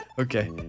Okay